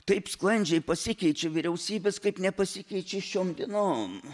taip sklandžiai pasikeičia vyriausybės kaip nepasikeičia šioms dienom